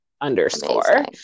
underscore